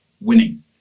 winning